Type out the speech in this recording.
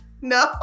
No